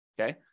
okay